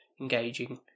engaging